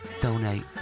donate